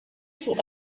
son